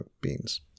beans